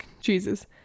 jesus